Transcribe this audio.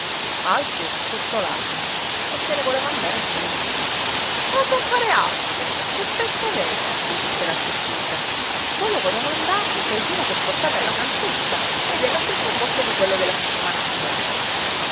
alfio frustò l'asino e se ne voleva andare anche lui oh compare alfio che fretta avete gli disse la zuppidda volevo domandarvi se il vino che portate alla santuzza è della stessa botte di quello della settimana scorsa